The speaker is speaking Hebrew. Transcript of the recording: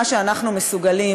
מה שאנחנו מסוגלים